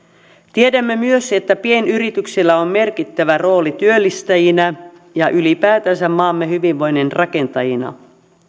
tiedämme myös että pienyrityksillä on merkittävä rooli työllistäjinä ja ylipäätänsä maamme hyvinvoinnin rakentajina